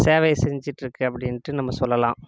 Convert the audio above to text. சேவையை செஞ்சிட்டுருக்கு அப்படின்ட்டு நம்ம சொல்லலாம்